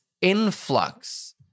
influx